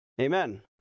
amen